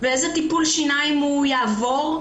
איזה טיפול שיניים הוא יעבור,